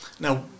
Now